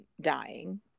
dying